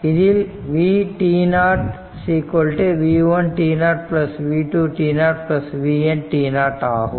இதில் vt0 v1 t0 v2 t0 vn t0 ஆகும்